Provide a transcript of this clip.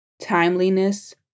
timeliness